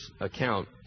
account